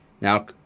Now